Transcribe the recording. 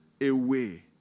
away